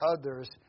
others